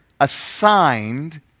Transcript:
assigned